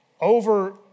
over